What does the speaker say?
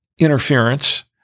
interference